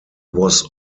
was